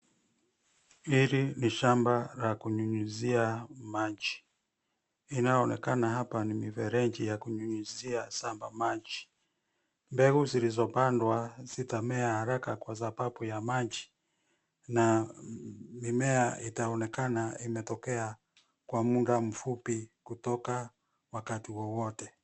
Hili ni shamba la kunyunyizia maji. Inayoonekana hapa ni mifereji ya kunyunyizia shamba maji. Mbegu zilizopandwa zitamea haraka kwa sababu ya maji na mimea itaonekana imetokea kwa muda mfupi kutoka wakati wowote.